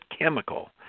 chemical